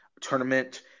tournament